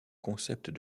concept